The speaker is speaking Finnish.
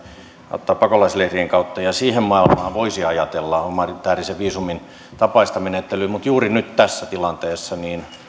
ottaa pakolaisleirien kautta siihen maailmaan voisi ajatella humanitäärisen viisumin tapaista menettelyä mutta juuri nyt tässä tilanteessa